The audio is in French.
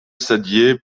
saddier